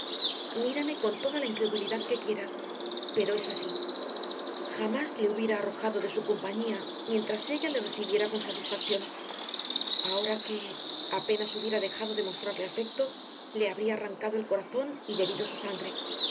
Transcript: mírame con toda la incredulidad que quieras pero es así jamás le hubiera arrojado de su compañía mientras ella le recibiera con satisfacción ahora que apenas hubiera dejado de mostrarle afecto le habría arrancado el corazón y bebido su sangre